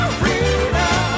freedom